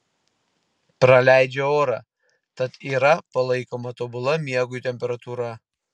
praleidžią orą tad yra palaikoma tobula miegui temperatūra